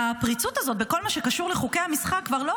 הפריצות הזאת בכל מה שקשור לחוקי המשחק כבר לא,